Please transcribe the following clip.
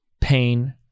pain